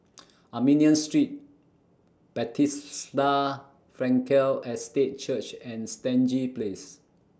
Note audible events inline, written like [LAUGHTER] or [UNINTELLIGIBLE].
[NOISE] Armenian Street [UNINTELLIGIBLE] Frankel Estate Church and Stangee Place